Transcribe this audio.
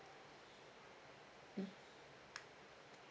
mm